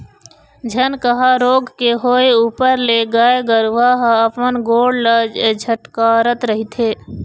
झनकहा रोग के होय ऊपर ले गाय गरुवा ह अपन गोड़ ल झटकारत रहिथे